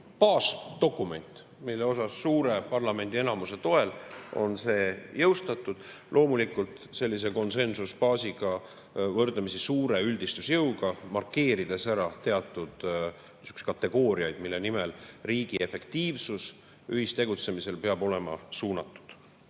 baasdokument, mis on suure parlamendienamuse toel jõustatud. Loomulikult on see sellise konsensusbaasi puhul võrdlemisi suure üldistusjõuga, markeerides ära teatud kategooriad, millele riigi efektiivne ühistegutsemine peab olema suunatud.